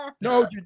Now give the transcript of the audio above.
No